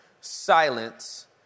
Silence